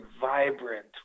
vibrant